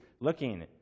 looking